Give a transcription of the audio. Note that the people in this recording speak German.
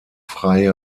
freie